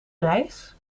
reis